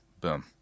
Boom